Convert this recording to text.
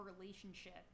relationship